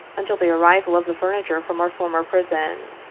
until the arrival of the furniture from our former prison.